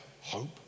hope